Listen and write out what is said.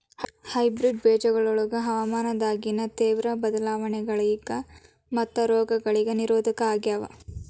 hybrid ಬೇಜಗೊಳ ಹವಾಮಾನದಾಗಿನ ತೇವ್ರ ಬದಲಾವಣೆಗಳಿಗ ಮತ್ತು ರೋಗಗಳಿಗ ನಿರೋಧಕ ಆಗ್ಯಾವ